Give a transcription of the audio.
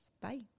Bye